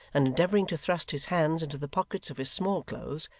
and endeavouring to thrust his hands into the pockets of his small-clothes,